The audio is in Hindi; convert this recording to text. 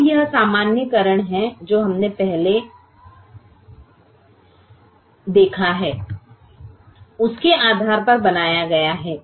अब यह सामान्यीकरण है जो हमने पहले जो देखा है उसके आधार पर बनाया है